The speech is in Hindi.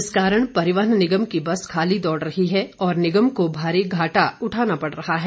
इस कारण परिवहन निगम की बस खाली दौड़ रही है और निगम को भारी घाटा उठाना पड़ रहा है